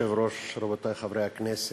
כבוד היושב-ראש, רבותי חברי הכנסת,